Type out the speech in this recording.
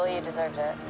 you deserved it.